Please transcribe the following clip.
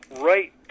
right